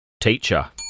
Teacher